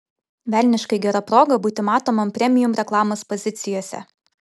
velniškai gera proga būti matomam premium reklamos pozicijose